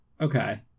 Okay